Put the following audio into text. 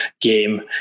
game